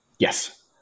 Yes